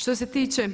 Što se tiče,